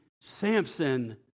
Samson